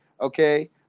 Okay